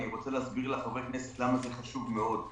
אני רוצה להסביר לחברי הכנסת למה זה חשוב מאוד,